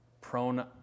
prone